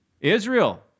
Israel